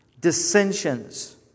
dissensions